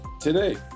today